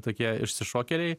tokie išsišokėliai